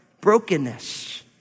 brokenness